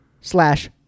slash